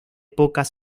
pocas